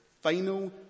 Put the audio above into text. final